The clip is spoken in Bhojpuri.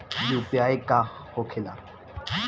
यू.पी.आई का होखेला?